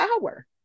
power